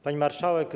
Pani Marszałek!